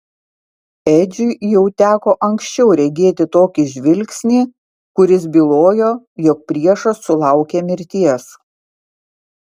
edžiui jau teko anksčiau regėti tokį žvilgsnį kuris bylojo jog priešas sulaukė mirties